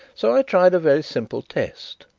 so i tried a very simple test.